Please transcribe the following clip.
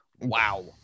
Wow